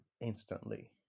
instantly